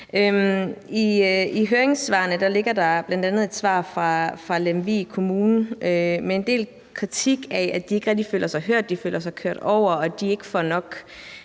I høringssvarene er der bl.a. et svar fra Lemvig Kommune med en del kritik af, at de ikke rigtig føler sig hørt, og at de føler sig kørt over og ikke får nok